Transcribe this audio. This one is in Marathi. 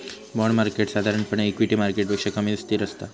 बाँड मार्केट साधारणपणे इक्विटी मार्केटपेक्षा कमी अस्थिर असता